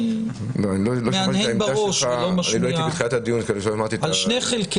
לא הייתי בתחילת הדיון אז לא שמעתי את העמדה